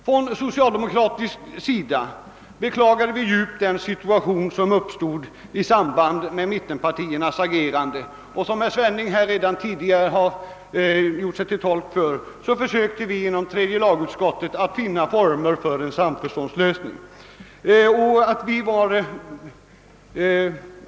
På socialdemokratiskt håll beklagade vi djupt den situation som uppstod i samband med mittenpartiernas agerande. Såsom herr Svenning redan tidigare erinrat om, försökte vi inom tredje lagutskottet finna former för en samförståndslösning.